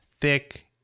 thick